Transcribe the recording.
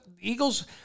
Eagles